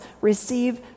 receive